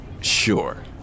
Sure